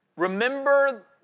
Remember